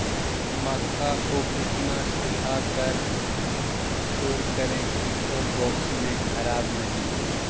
मक्का को कितना सूखा कर स्टोर करें की ओ बॉक्स में ख़राब नहीं हो?